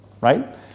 Right